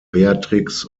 beatrix